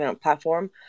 platform